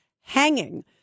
hanging